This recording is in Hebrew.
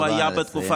נא לסיים.